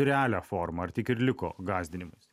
realią formą ar tik ir liko gąsdinimais